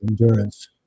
endurance